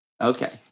Okay